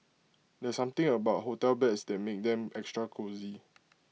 there's something about hotel beds that makes them extra cosy